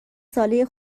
ساله